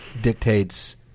dictates